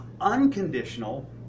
unconditional